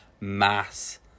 mass